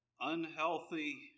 unhealthy